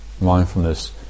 mindfulness